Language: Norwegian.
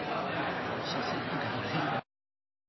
ja, det er